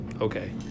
okay